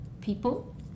people